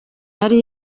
yari